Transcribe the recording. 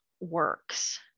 works